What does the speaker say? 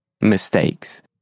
mistakes